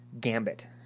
Gambit